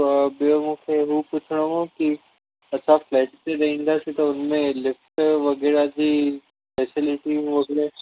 त ॿियो हे पुछिणो हो की असां फ़्लेट ते रहींदासीं त उनमें लिफ़्ट वग़ैरह जी फ़ेसेलिटी हुजे